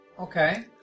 Okay